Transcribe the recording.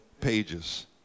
pages